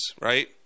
right